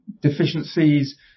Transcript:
deficiencies